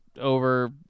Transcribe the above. over